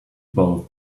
both